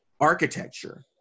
architecture